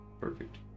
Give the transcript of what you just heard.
perfect